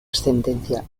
ascendencia